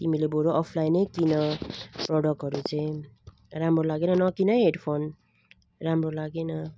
तिमीले बरु अफलाइनै किन प्रडक्टहरू चाहिँ राम्रो लागेन नकिन है हेड फोन राम्रो लागेन